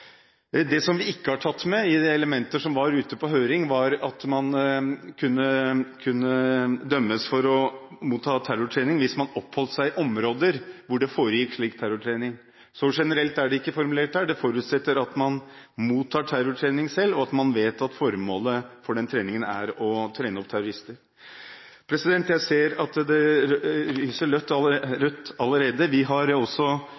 Det som vi ikke har tatt med i de elementer som var ute på høring, var at man kunne dømmes for å motta terrortrening hvis man oppholdt seg i områder hvor det foregikk slik terrortrening. Så generelt er det ikke formulert her, det forutsetter at man mottar terrortrening selv, og at man vet at formålet med den treningen er å trene opp terrorister. Jeg ser at det lyser rødt allerede – vi har også